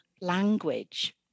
language